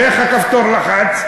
ואיך הכפתור לחץ?